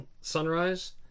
Sunrise